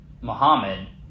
Muhammad